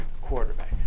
quarterback